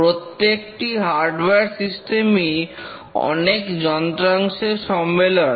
প্রত্যেকটি hardware system ই অনেক যন্ত্রাংশের সম্মেলন